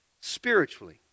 spiritually